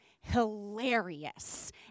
hilarious